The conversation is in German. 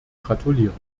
gratulieren